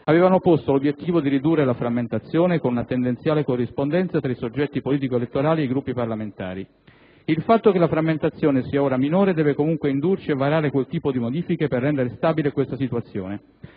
avevano posto l'obiettivo di ridurre la frammentazione, con una tendenziale corrispondenza tra i soggetti politico-elettorali e i Gruppi parlamentari. Il fatto che la frammentazione sia ora minore deve comunque indurci a varare quel tipo di modifiche per rendere stabile questa situazione.